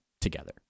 together